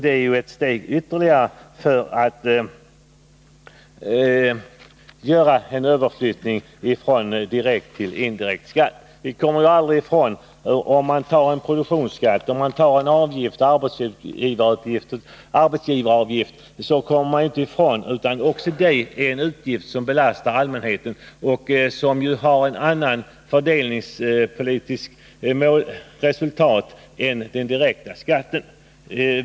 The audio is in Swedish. Det skulle ju bli ytterligare ett steg i en överflyttning från direkt till indirekt skatt. En arbetsgivaravgift som tas ut är under alla förhållanden, även i ett produktionsskattesystem, en utgift som belastar allmänheten, fastän det fördelningspolitiska resultatet då blir ett annat än vid en direkt beskattning.